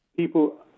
People